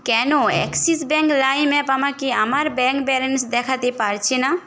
কেন Axis bank Lime app আমাকে আমার ব্যাঙ্ক ব্যালেন্স দেখাতে পারছে না